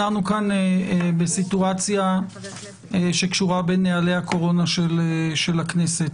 אנחנו כאן בסיטואציה שקשורה בנוהלי הקורונה של הכנסת.